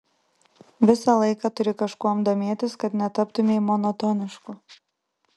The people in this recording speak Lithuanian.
visą laiką turi kažkuom domėtis kad netaptumei monotonišku